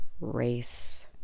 race